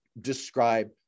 describe